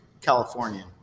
California